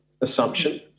assumption